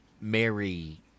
Mary